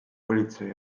politsei